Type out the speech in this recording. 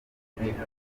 nkwifurije